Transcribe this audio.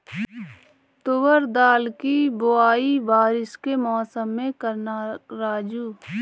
तुवर दाल की बुआई बारिश के मौसम में करना राजू